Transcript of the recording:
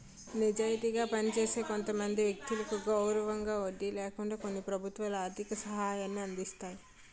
నిజాయితీగా పనిచేసిన కొంతమంది వ్యక్తులకు గౌరవంగా వడ్డీ లేకుండా కొన్ని ప్రభుత్వాలు ఆర్థిక సహాయాన్ని అందిస్తాయి